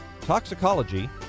toxicology